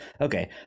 okay